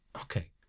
Okay